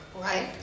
right